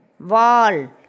Wall